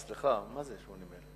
סליחה, מה זה 80,000?